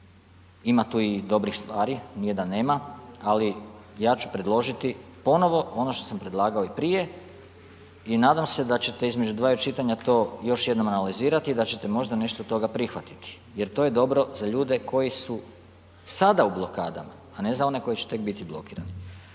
ima tu i dobrih stvari, nije da nema. Ali, ja ću predložiti ponovno ono što sam predlagao i prije i nadam se da ćete između dvaju čitanja to još jednom analizirati i da ćete možda nešto od toga prihvatiti. Jer to je dobro za ljude koji su sada u blokadama, a ne za one koji će tek biti blokirani.